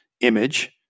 image